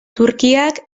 turkiak